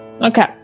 Okay